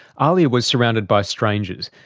ahlia was surrounded by strangers,